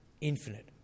infinite